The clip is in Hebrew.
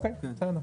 אוקיי, בסדר.